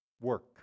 work